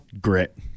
Grit